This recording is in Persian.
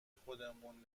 خودمون